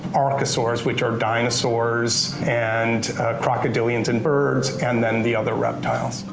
archosaurs which are dinosaurs, and crocodilians and birds and then the other reptiles.